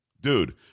Dude